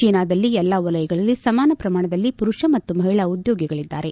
ಚೀನಾದಲ್ಲಿ ಎಲ್ಲಾ ವಲಯಗಳಲ್ಲಿ ಸಮಾನ ಪ್ರಮಾಣದಲ್ಲಿ ಮರುಷ ಮತ್ತು ಮಹಿಳಾ ಉದ್ಯೋಗಿಗಳಿದ್ದಾರೆ